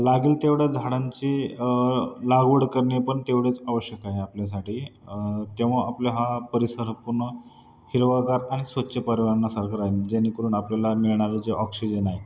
लागेल तेवढं झाडांची लागवड करणे पण तेवढेच आवश्यक आहे आपल्यासाठी तेव्हा आपला हा परिसर पूर्ण हिरवंगार आणि स्वच्छ परिवारणासारखं राहीन जेणेकरून आपल्याला मिळणारं जे ऑक्सिजन आहे